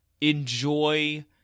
enjoy